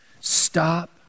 Stop